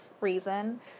reason